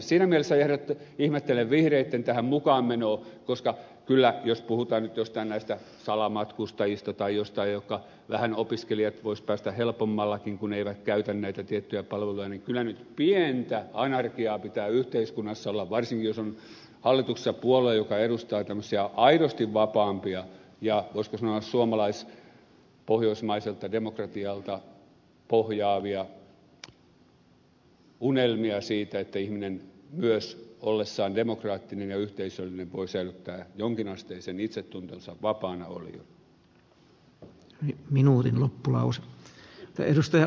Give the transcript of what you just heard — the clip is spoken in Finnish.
siinä mielessä ihmettelen vihreitten mukaanmenoa tähän koska kyllä jos puhutaan nyt joistain näistä salamatkustajista tai joistain jotka vaikka opiskelijat voisivat päästä vähän helpommallakin kun eivät käytä näitä tiettyjä palveluja niin kyllä nyt pientä anarkiaa pitää yhteiskunnassa olla varsinkin jos on hallituksessa puolue joka edustaa tämmöisiä aidosti vapaampia ja voisiko sanoa suomalais pohjoismaiselta demokratialta pohjaavia unelmia siitä että ihminen myös ollessaan demokraattinen ja yhteisöllinen voi säilyttää jonkin asteisen itsetuntonsa vapaana oliona